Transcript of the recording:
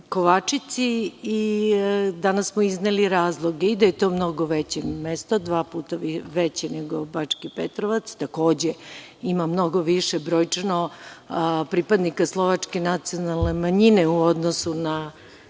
Kovačici. Danas smo izneli razloge i da je to mnogo veće mesto, dva puta veće nego Bački Petrovac. Takođe, ima mnogo više brojčano pripadnika slovačke nacionalne manjine u odnosu na